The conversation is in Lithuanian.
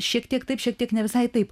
šiek tiek taip šiek tiek ne visai taip